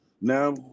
now